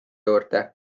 juurde